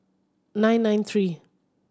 nine nine three